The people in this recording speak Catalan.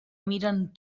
miren